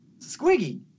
Squiggy